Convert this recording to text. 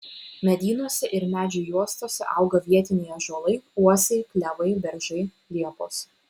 medynuose ir medžių juostose auga vietiniai ąžuolai uosiai klevai beržai liepos